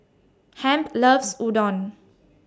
Hamp loves Udon